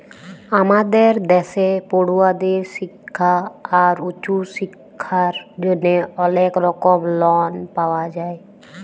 আমাদের দ্যাশে পড়ুয়াদের শিক্খা আর উঁচু শিক্খার জ্যনহে অলেক রকম লন পাওয়া যায়